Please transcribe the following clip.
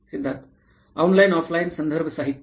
Siddharth online offline संदर्भ साहित्य